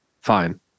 fine